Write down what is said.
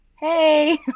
Hey